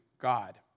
God